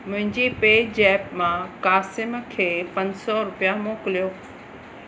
मुंहिंजी पेजेप्प मां क़ासिम खे पंज सौ रुपिया मोकिलियो